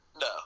No